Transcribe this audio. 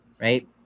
right